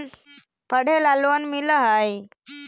पढ़े ला लोन मिल है?